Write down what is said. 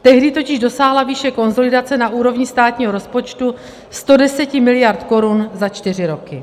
Tehdy totiž dosáhla výše konsolidace na úrovni státního rozpočtu 110 mld. korun za čtyři roky.